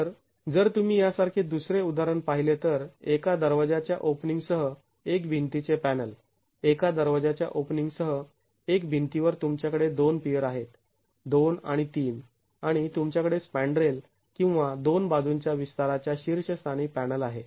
तर जर तुम्ही यासारखे दुसरे उदाहरण पाहिले तर एका दरवाज्याच्या ओपनिंग सह एक भिंतीचे पॅनल एका दरवाज्याच्या ओपनिंग सह एक भिंतीवर तुमच्याकडे २ पियर आहेत २ आणि ३ आणि तुमच्याकडे स्पॅण्ड्रेल आणि दोन बाजूंच्या विस्ताराच्या शीर्षस्थानी पॅनल आहे